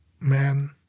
man